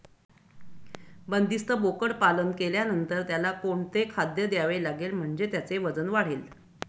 बंदिस्त बोकडपालन केल्यानंतर त्याला कोणते खाद्य द्यावे लागेल म्हणजे त्याचे वजन वाढेल?